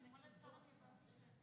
כל הכבוד.